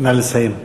נא לסיים.